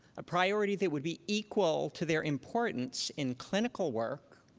a priority that would be equal to their importance in clinical work